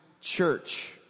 church